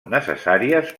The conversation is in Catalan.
necessàries